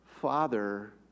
Father